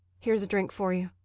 here's a drink for you.